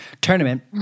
tournament